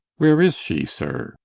where is she, sir?